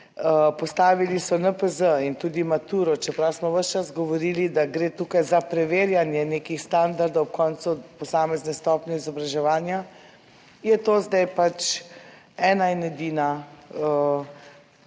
Postavili so NPZ in tudi maturo, čeprav smo ves čas govorili, da gre tukaj za preverjanje nekih standardov ob koncu posamezne stopnje izobraževanja, je to zdaj pač ena in edina,